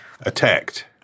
attacked